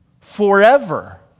Forever